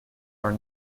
are